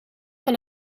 van